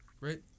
right